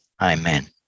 Amen